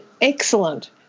excellent